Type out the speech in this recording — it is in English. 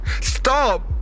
Stop